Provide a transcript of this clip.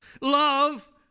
Love